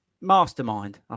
Mastermind